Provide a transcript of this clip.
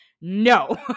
no